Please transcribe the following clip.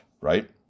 right